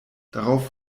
darauf